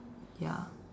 ya